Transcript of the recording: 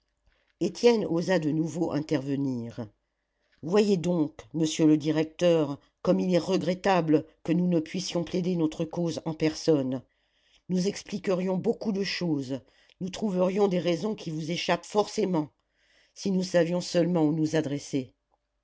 étienne osa de nouveau intervenir voyez donc monsieur le directeur comme il est regrettable que nous ne puissions plaider notre cause en personne nous expliquerions beaucoup de choses nous trouverions des raisons qui vous échappent forcément si nous savions seulement où nous adresser